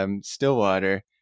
Stillwater